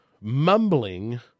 mumbling